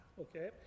Okay